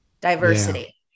Diversity